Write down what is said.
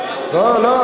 לא, לא.